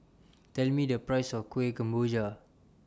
Tell Me The Price of Kuih Kemboja